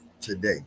today